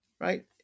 Right